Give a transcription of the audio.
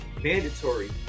mandatory